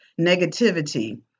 negativity